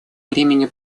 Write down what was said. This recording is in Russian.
времени